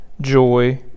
joy